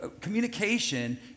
Communication